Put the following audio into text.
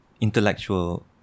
intellectual